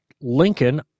Lincoln